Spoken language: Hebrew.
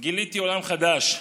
גיליתי עולם חדש.